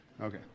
Okay